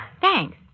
Thanks